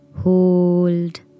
hold